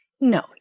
no